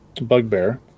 bugbear